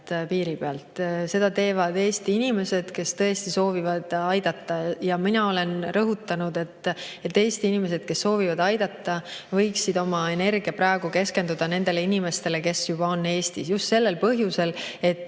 piiri pealt. Seda teevad Eesti inimesed, kes tõesti soovivad aidata. Ja mina olen rõhutanud, et Eesti inimesed, kes soovivad aidata, võiksid oma energia praegu keskendada nendele inimestele, kes juba on Eestis. Just sellel põhjusel, et